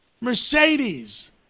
Mercedes